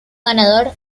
ganador